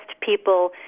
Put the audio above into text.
people